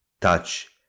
touch